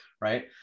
Right